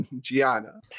Gianna